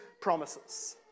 promises